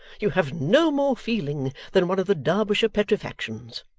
you have no more feeling than one of the derbyshire petrifactions!